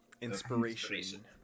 Inspiration